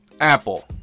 Apple